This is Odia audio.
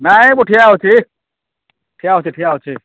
ନାଇଁ ମୁଁ ଠିଆ ଅଛି ଠିଆ ଅଛି ଠିଆ ଅଛି